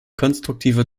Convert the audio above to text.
konstruktive